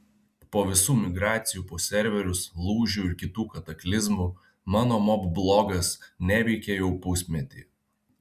po visų migracijų po serverius lūžių ir kitų kataklizmų mano moblogas neveikė jau pusmetį